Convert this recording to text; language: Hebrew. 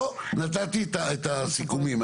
שאנחנו לא ננוח עד שנדע שמצאו עבורכם את הפתרון ההולם ביותר.